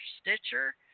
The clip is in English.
Stitcher